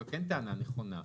זה כן טענה נכונה.